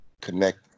connect